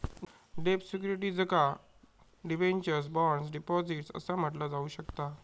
डेब्ट सिक्युरिटीजका debentures, bonds, deposits असा म्हटला जाऊ शकता